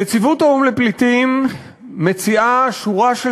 נציבות האו"ם לפליטים מציעה שורה של